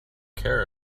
care